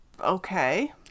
Okay